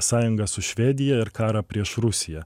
sąjungą su švedija ir karą prieš rusiją